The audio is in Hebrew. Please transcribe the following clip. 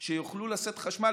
מהנגב שיוכלו לשאת חשמל.